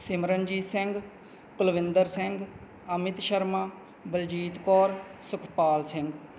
Simranjeet Singh Kulwinder Singh Amit Sharma Baljit Kaur Sukhpal Singh